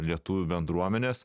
lietuvių bendruomenės